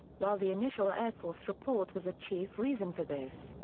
while the initial air force report was a chief reason for this,